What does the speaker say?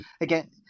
again